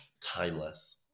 Timeless